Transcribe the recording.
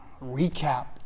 recap